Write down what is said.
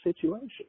situation